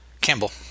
Campbell